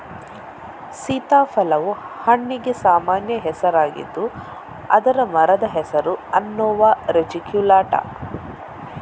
ಸೀತಾಫಲವು ಹಣ್ಣಿಗೆ ಸಾಮಾನ್ಯ ಹೆಸರಾಗಿದ್ದು ಅದರ ಮರದ ಹೆಸರು ಅನ್ನೊನಾ ರೆಟಿಕ್ಯುಲಾಟಾ